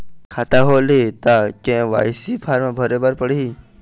खाता होल्ड हे ता के.वाई.सी फार्म भरे भरे बर पड़ही?